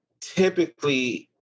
typically